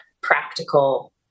practical